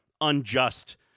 unjust